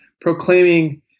proclaiming